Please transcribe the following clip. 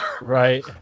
Right